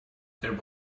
there